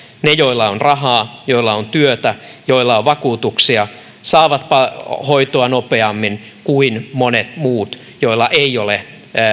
ne joilla on rahaa joilla on työtä joilla on vakuutuksia saavat hoitoa nopeammin kuin monet muut joilla ei ole